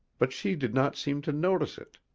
but she did not seem to notice it.